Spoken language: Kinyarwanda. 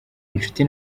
inshuti